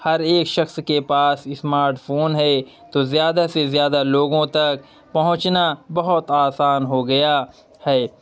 ہر ایک شخص کے پاس اسمارٹ فون ہے تو زیادہ سے زیادہ لوگوں تک پہنچنا بہت آسان ہوگیا ہے